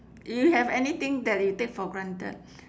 you have anything that you take for granted